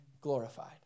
glorified